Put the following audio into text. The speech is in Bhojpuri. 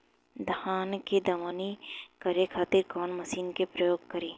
धान के दवनी करे खातिर कवन मशीन के प्रयोग करी?